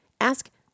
Ask